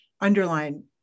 underline